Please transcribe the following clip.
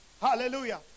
hallelujah